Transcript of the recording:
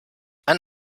ein